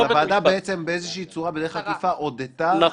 מה זה רלוונטי אם הם בחדר או לא בחדר?